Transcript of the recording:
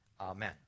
amen